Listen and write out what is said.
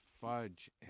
fudge